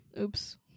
Oops